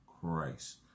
Christ